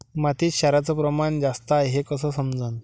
मातीत क्षाराचं प्रमान जास्त हाये हे कस समजन?